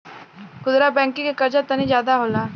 खुदरा बैंकिंग के कर्जा तनी जादा होला